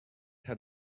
had